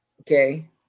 Okay